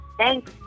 thanks